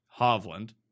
Hovland